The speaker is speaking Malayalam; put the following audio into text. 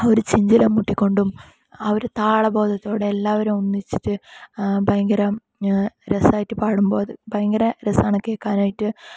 ഓര് ചിഞ്ചിലം മുട്ടികൊണ്ടും ഒരു താളബോധത്തോടെ എല്ലാവരും ഒന്നിച്ചിട്ട് ആഹ് ഭയങ്കര രസമായിട്ട് പാടുമ്പോൾ അത് ഭയങ്കര രസമാണ് കേൾക്കാനായിട്ട്